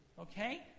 Okay